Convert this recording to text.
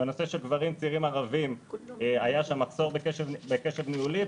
בנושא של גברים צעירים ערבים היה שם מחסור בקשב ניהולי,